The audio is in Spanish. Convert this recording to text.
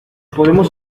podemos